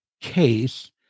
case